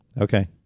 Okay